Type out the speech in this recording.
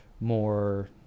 more